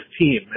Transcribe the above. team